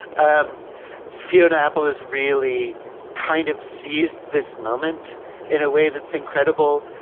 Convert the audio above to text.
um fiona apple is really kind of seized this moment in a way that's incredible.